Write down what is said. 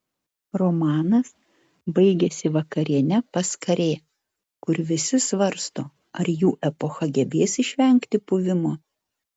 romanas baigiasi vakariene pas karė kur visi svarsto ar jų epocha gebės išvengti puvimo